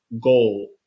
goal